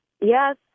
Yes